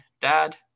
dad